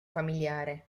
familiare